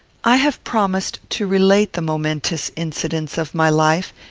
i have promised to relate the momentous incidents of my life,